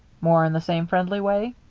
more in the same friendly way?